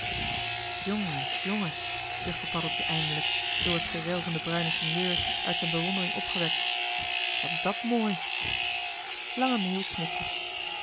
sjonge sjonge zuchtte paddeltje eindelijk door het gerel van de bruine sinjeurs uit zijn bewondering opgewekt wat is dat mooi